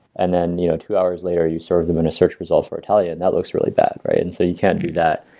and then, you know, two hours later you serve them in a search result for italian, that looks really bad, right? and so you can't do that,